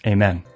Amen